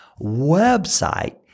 website